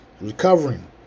recovering